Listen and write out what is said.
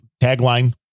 tagline